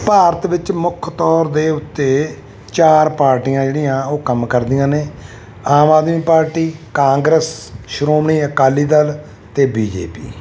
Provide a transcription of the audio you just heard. ਭਾਰਤ ਵਿੱਚ ਮੁੱਖ ਤੌਰ ਦੇ ਉੱਤੇ ਚਾਰ ਪਾਰਟੀਆਂ ਜਿਹੜੀਆਂ ਉਹ ਕੰਮ ਕਰਦੀਆਂ ਨੇ ਆਮ ਆਦਮੀ ਪਾਰਟੀ ਕਾਂਗਰਸ ਸ਼੍ਰੋਮਣੀ ਅਕਾਲੀ ਦਲ ਅਤੇ ਬੀ ਜੇ ਪੀ